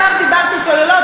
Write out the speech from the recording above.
אמרתי צוללות,